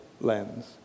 lens